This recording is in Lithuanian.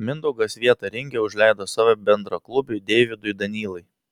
mindaugas vietą ringe užleido savo bendraklubiui deividui danylai